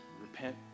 Repent